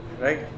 right